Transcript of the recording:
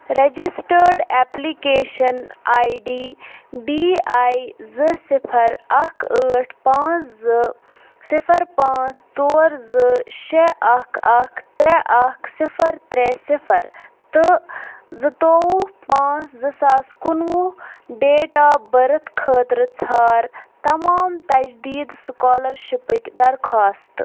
registered application I D D I زٕ صِفر اَکھ ٲٹھ پانٛژھ زٕ صِفر پانٛژھ ژور زٕ شےٚ اَکھ اَکھ ترٛےٚ اَکھ صِفر ترٛےٚ صِفر تہٕ زٕتووُہ پانٛژھ زٕ ساس کُنہٕ وُہ ڈیٹ آف بٔرٕتھ خٲطرٕ ژھار تمام تجدیٖد سُکالرشِپٕکۍ درخواستہٕ